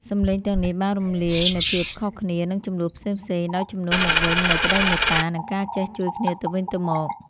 សម្លេងទាំងនេះបានរំលាយនូវភាពខុសគ្នា និងជម្លោះផ្សេងៗ ដោយជំនួសមកវិញនូវក្តីមេត្តា និងការចេះជួយគ្នាទៅវិញទៅមក។